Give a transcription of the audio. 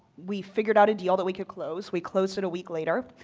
we figured out a deal that we could close. we closed it a week later.